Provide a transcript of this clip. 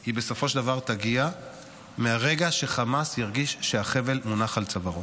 היא בסופו של דבר תגיע מהרגע שחמאס ירגיש שהחבל מונח על צווארו.